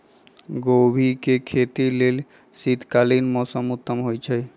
गोभी के खेती लेल शीतकालीन मौसम उत्तम होइ छइ